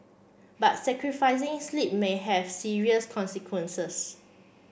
but sacrificing sleep may have serious consequences